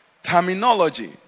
terminology